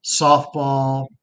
softball